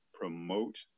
promote